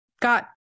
got